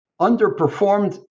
underperformed